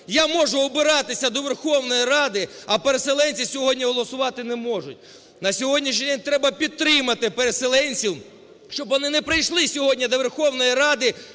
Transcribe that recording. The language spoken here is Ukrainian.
я можу обиратися до Верховної Ради, а переселенці сьогодні голосувати не можуть. На сьогоднішній день треба підтримати переселенців, щоб вони не прийшли сьогодні до Верховної Ради.